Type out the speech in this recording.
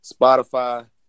Spotify